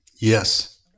Yes